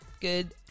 Good